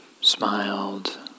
smiled